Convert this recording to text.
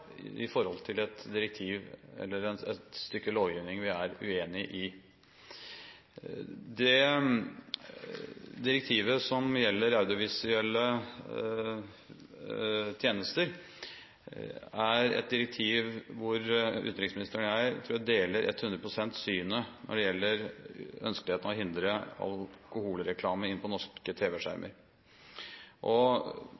i forhold til et direktiv eller et stykke lovgivning vi er uenig i. Direktivet som gjelder audiovisuelle tjenester, er et direktiv hvor jeg tror utenriksministeren og jeg deler 100 pst. synet på ønskeligheten av å hindre alkoholreklame på norske